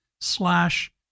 slash